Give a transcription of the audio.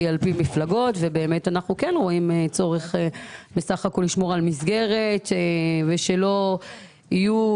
על פי מפלגות ובאמת אנחנו כן רואים צורך לשמור על מסגרת ושלא יהיו